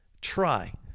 try